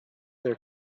their